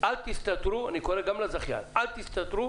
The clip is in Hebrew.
גם לזכיין, אל תסתתרו